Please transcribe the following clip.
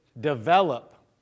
develop